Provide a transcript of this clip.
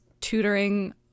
tutoring